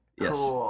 Yes